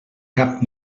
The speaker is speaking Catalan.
cap